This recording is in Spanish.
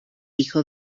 hijo